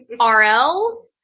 RL